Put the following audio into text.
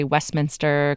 Westminster